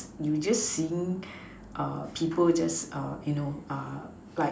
you just seeing people just you know like